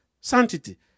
sanctity